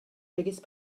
biggest